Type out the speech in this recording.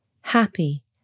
happy